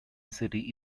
city